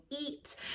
eat